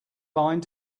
line